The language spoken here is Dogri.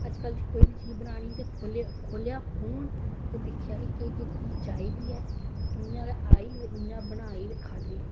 अजकल कोई बी चीज बनानी ते खोलेआ फोन केह् केह् चीज चाहिदी ऐ खोलेआ फोन इयां गै आई ते इयां गै बनाई